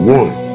one